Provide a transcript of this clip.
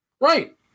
Right